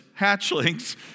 hatchlings